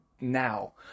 now